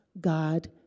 God